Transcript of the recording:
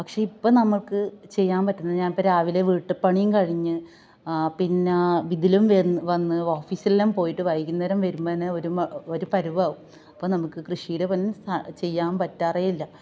പക്ഷേയിപ്പോൾ നമുക്ക് ചെയ്യാന് പറ്റുന്നെഞ്ഞാ ഇപ്പോൾ രാവിലെ വീട്ടുപ്പണിം കഴിഞ്ഞ് പിന്നെ വിതിലും വന്ന് ഓഫീസിലും പോയിട്ട് വൈകുന്നേരം വരുമ്പോൾ തന്നെ ഒരു മ ഒരു പരുവാവും അപ്പോൾ നമുക്ക് കൃഷിടെ പണി സ ചെയ്യാന് പറ്റാറേയില്ല